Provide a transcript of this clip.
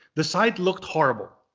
the site looked horrible,